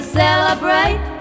celebrate